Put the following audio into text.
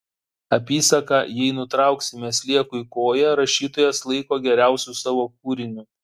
apysaką jei nutrauksime sliekui koją rašytojas laiko geriausiu savo kūriniu